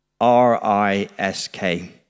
R-I-S-K